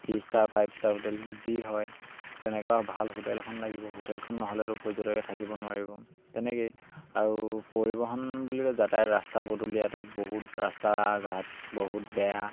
three star five star hotel যি হয় তেনেকুৱা ভাল হোটেল এখন লাগিব হোটেলখন নহ'লেতো পৰ্যটকে থাকিব নোৱাৰিব তেনেকৈয়ে আৰু পৰিবহণ বুলি কয় যাতায়ত ৰাস্তা পদূলি ইয়াতো বহুত ৰাস্তা ঘাট বহুত বেয়া